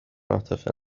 عاطفه